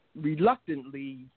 reluctantly